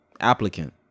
applicant